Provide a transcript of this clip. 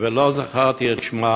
ולא זכרתי את שמה.